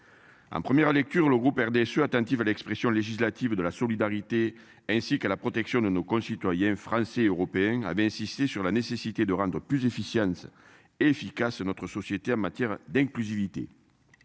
En première lecture, le groupe RDSE attentive à l'expression législative de la solidarité, ainsi qu'à la protection de nos concitoyens français et européens, avait insisté sur la nécessité de rendre plus efficient. Et efficace. Notre société en matière d'inclusivité.